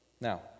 Now